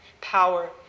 power